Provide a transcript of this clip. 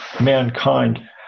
mankind